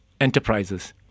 enterprises